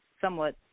somewhat